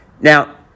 now